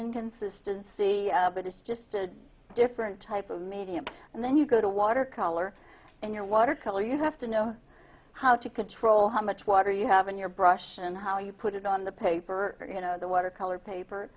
inconsistency but it's just a different type of medium and then you go to watercolor in your watercolor you have to know how to control how much water you have in your brush and how you put it on the paper you know the watercolor paper